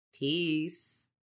Peace